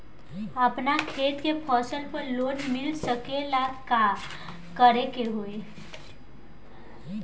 अपना खेत के फसल पर लोन मिल सकीएला का करे के होई?